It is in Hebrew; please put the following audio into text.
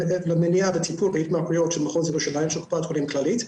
למניעה וטיפול בהתמכרויות של מחוז ירושלים של קופת חולים כללית.